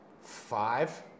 five